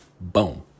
Boom